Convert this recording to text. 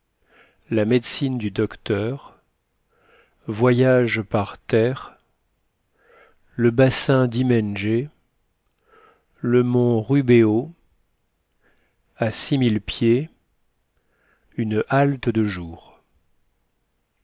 la médecine du docteur voyage par terre le bassin d'imengé le mont rubeho a six mille pieds joe une halte de jour